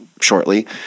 shortly